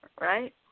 right